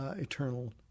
eternal